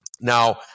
Now